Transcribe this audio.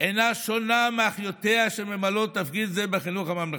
אינה שונה מאחיותיה שממלאות תפקיד זה בחינוך הממלכתי.